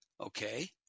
Okay